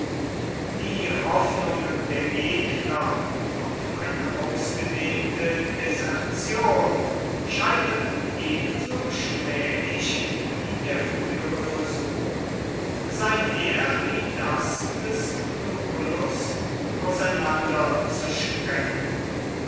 die hoffnungen der gegner auf eine ausgedehnte desertion scheiterten ebenso schmählich wie der frühere versuch sein heer wie das des lucullus auseinander zu sprengen